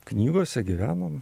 knygose gyveno